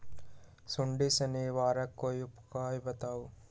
सुडी से निवारक कोई उपाय बताऊँ?